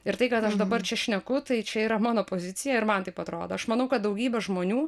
ir tai kad aš dabar čia šneku tai čia yra mano pozicija ir man taip atrodo aš manau kad daugybė žmonių